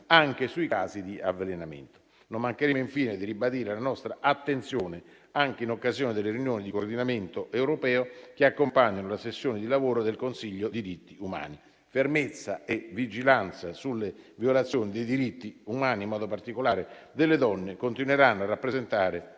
anche sui casi di avvelenamento. Non mancheremo, infine, di ribadire la nostra attenzione anche in occasione delle riunioni di coordinamento europeo, che accompagnano la sessione di lavoro del Consiglio dei diritti umani. Fermezza e vigilanza sulle violazioni dei diritti umani, in modo particolare delle donne, continueranno a rappresentare